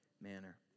manner